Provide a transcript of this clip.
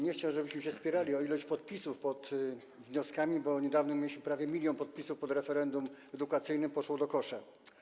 Nie chciałbym, żebyśmy się spierali o ilość podpisów pod wnioskami, bo niedawno mieliśmy prawie milion podpisów pod referendum edukacyjnym - poszło to do kosza.